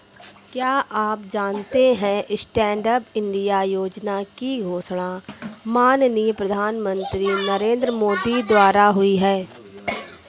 क्या आप जानते है स्टैंडअप इंडिया योजना की घोषणा माननीय प्रधानमंत्री नरेंद्र मोदी द्वारा हुई?